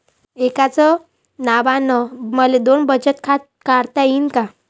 एकाच नावानं मले दोन बचत खातं काढता येईन का?